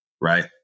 right